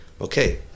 okay